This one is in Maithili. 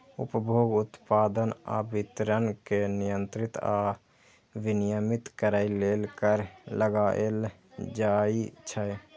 उपभोग, उत्पादन आ वितरण कें नियंत्रित आ विनियमित करै लेल कर लगाएल जाइ छै